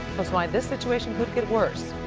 why this situation could get worse.